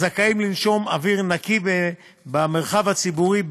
הזכאים לנשום אוויר נקי במרחב הציבורי,